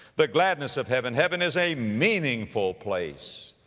the gladness of heaven. heaven is a meaningful place.